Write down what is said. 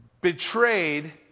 betrayed